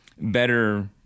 better